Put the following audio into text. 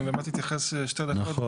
אני אתייחס שתי דקות,